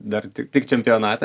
dar tik tik čempionatą